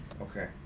okay